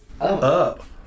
up